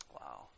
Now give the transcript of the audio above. Wow